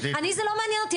אני זה לא מעניין אותי,